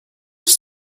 have